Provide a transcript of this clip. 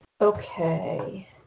Okay